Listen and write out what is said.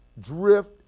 drift